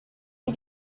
dit